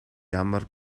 ямар